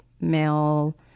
male